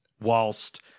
whilst